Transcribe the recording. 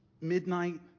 midnight